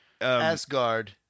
Asgard